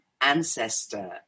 ancestor